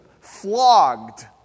flogged